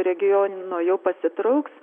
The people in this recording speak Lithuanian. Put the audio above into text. regiono jau pasitrauks